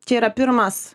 čia yra pirmas